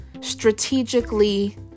strategically